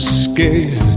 scared